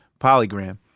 Polygram